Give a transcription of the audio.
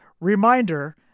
reminder